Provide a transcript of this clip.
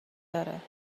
داره